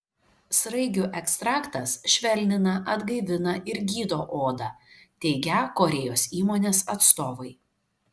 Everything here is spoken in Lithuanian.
sraigių ekstraktas švelnina atgaivina ir gydo odą teigią korėjos įmonės atstovai